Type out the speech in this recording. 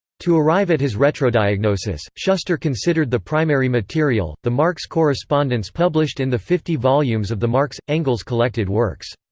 to arrive at his retrodiagnosis, shuster considered the primary material the marx correspondence published in the fifty volumes of the marx engels collected works.